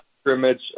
scrimmage